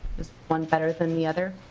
one better than the other?